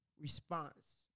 response